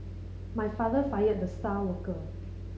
my father fired the star worker